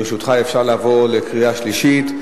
ברשותך, אפשר לעבור לקריאה שלישית?